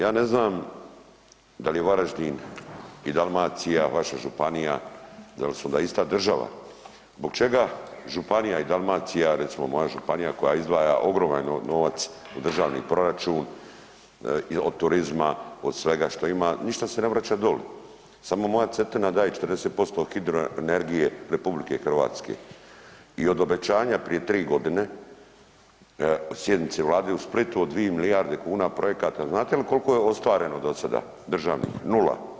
Ja ne znam da li je Varaždin i Dalmacija vaša županija da li su onda ista država, zbog čega županija i Dalmacija recimo moja županija koja izdvaja ogroman novac u državni proračun od turizma od svega što ima ništa se ne vraća doli, samo moja Cetina daje 40% hidroenergije RH i od obećanja prije 3 godine od sjednice Vlade u Splitu o 2 milijarde kuna projekata znate li koliko je ostvareno do sada, državnih, nula.